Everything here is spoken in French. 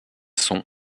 son